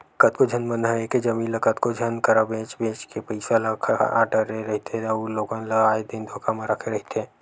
कतको झन मन ह एके जमीन ल कतको झन करा बेंच बेंच के पइसा ल खा डरे रहिथे अउ लोगन ल आए दिन धोखा म रखे रहिथे